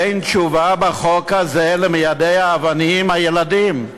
אין תשובה בחוק הזה למיידי האבנים הילדים.